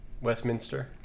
Westminster